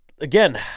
again